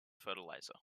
fertilizer